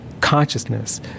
consciousness